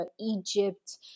Egypt